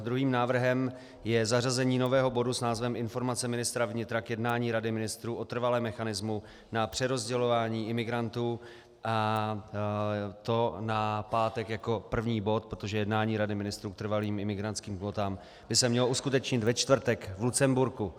Druhým návrhem je zařazení nového bodu s názvem Informace ministra vnitra k jednání Rady ministrů o trvalém mechanismu na přerozdělování imigrantů, a to na pátek jako první bod, protože jednání Rady ministrů k trvalým imigrantským kvótám by se mělo uskutečnit ve čtvrtek v Lucemburku.